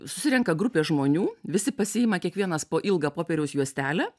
susirenka grupė žmonių visi pasiima kiekvienas po ilgą popieriaus juostelę